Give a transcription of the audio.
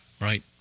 Right